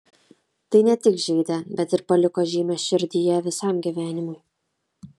tai ne tik žeidė bet ir paliko žymę širdyje visam gyvenimui